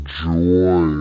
joy